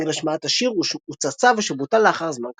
נגד השמעת השיר הוצא צו, שבוטל לאחר זמן קצר.